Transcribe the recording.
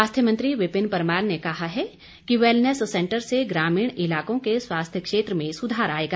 स्वास्थ्य मंत्री विपिन परमार ने कहा है कि वेलनेस सेंटर से ग्रामीण इलाकों के स्वास्थ्य क्षेत्र में सुधार आएगा